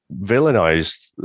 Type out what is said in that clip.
villainized